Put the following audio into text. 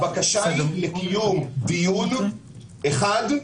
הבקשה היא לקיום דיון אחד,,